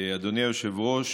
אדוני היושב-ראש,